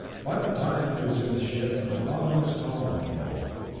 by the time he was in the ship an ominous calm had fallen.